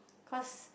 cause